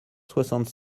soixante